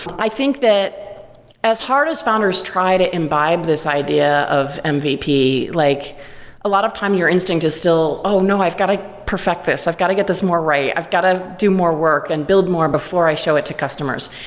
i think that as hard as founders try to imbibe this idea of ah mvp, like a lot of time your sedfb two instinct is still, oh, no. i've got to perfect this. i've got to get this more right. i've got to do more work and build more before i show it to customers.